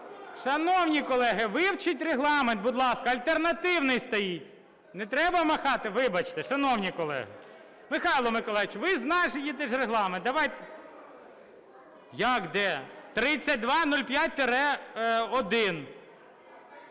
Шановні колеги, вивчіть Регламент, будь ласка, альтернативний стоїть. Не треба махати, вибачте. Шановні колеги! Михайло Миколайович, ви ж знаєте Регламент, давайте...